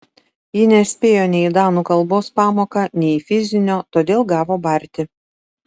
ji nespėjo nei į danų kalbos pamoką nei į fizinio todėl gavo barti